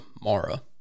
Mara